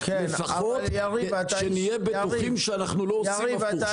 לפחות שנהיה בטוחים שאנחנו לא עושים הפוך.